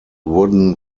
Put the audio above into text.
wooden